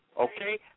okay